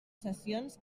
sessions